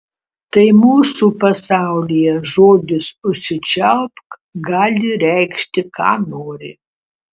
tai mūsų pasaulyje žodis užsičiaupk gali reikšti ką nori